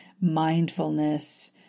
mindfulness